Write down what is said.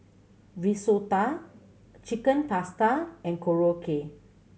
Risotto Chicken Pasta and Korokke